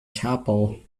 chapel